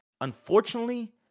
Unfortunately